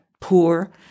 poor